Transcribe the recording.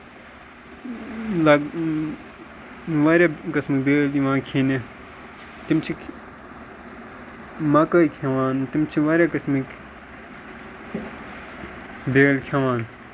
لگ واریاہ قٕسمٕکۍ بیلۍ دِوان کھٮ۪نہِ تِم چھِ مَکٲے کھٮ۪وان تِم چھِ واریاہ قٕسمٕکۍ بیلۍ کھٮ۪وان